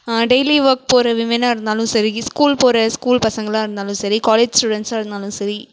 daily work போகிற விமனாக இருந்தாலும் சரி ஸ்கூல் போகிற ஸ்கூல் பசங்ககளாக இருந்தாலும் சரி காலேஜ் ஸ்டூடெண்ட்ஸாக இருந்தாலும் சரி